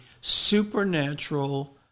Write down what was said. supernatural